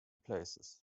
places